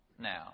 now